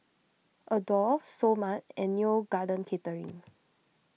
Adore Seoul Mart and Neo Garden Catering